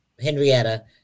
Henrietta